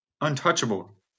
Untouchable